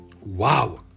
Wow